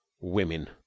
Women